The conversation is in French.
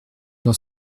dans